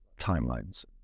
timelines